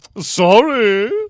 Sorry